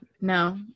No